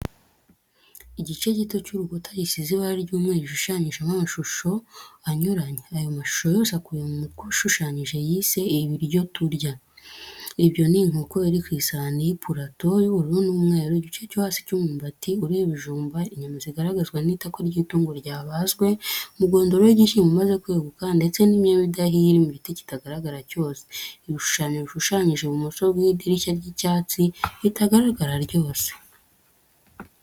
Igice gito cy'urukuta gisize ibara ry'umweru gishushanyijemo amashusho anyuranye. Ayo mashusho yose akubiye mu mutwe uwashushanyise yise, ibiryo turya. Ibyo ni inkoko iri ku isahani y'ipulato y'ubururu n'umweru, igice cyo hasi cy'umwumbati uriho ibijumba, inyama zigaragazwa n'itako ry'itungo ryabazwe, umugondoro w'igishyimbo umaze kweguka, ndetse n'imyembe idahiye iri mu giti kitagaragara cyose. Ibi bishushanyo bishushanyije ibumoso bw'idirishya ry'icyatsi, ritagaragara ryose.